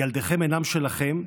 ילדיכם אינם שלכם,